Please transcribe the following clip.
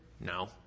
no